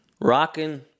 rocking